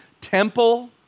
temple